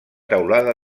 teulada